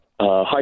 Hi